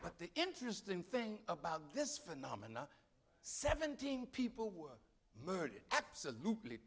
but the interesting thing about this phenomena seventeen people who are murdered absolutely